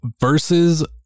versus